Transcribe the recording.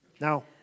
Now